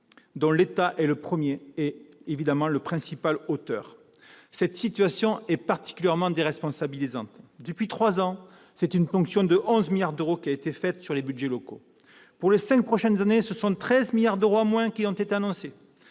dont l'État est le premier et principal auteur. Cette situation est particulièrement déresponsabilisante. En trois ans, c'est une ponction de 11 milliards d'euros qui a été réalisée sur les budgets locaux. Pour les cinq prochaines années, c'est une réduction de 13 milliards d'euros qui a été annoncée,